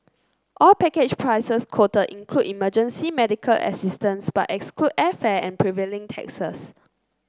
all package prices quoted include emergency medical assistance but exclude airfare and prevailing taxes